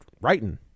writing